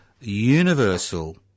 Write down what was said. universal